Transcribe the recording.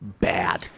bad